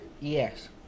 Yes